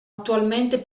attualmente